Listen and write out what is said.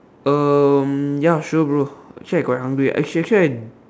um ya sure bro actually I quite hungry act~ actually I